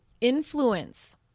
influence